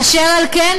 אשר על כן,